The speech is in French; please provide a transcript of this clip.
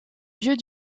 vieux